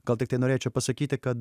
gal tiktai norėčiau pasakyti kad